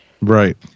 Right